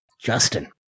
Justin